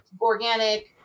organic